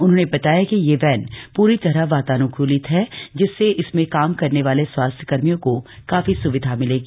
उन्होंने बताया कि यह वैन पूरी तरह वातान्कूलित है जिससे इसमें काम करने वाले स्वास्थ्यकर्मियों को काफी सुविधा मिलेगी